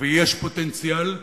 ויש פוטנציאל לעבוד.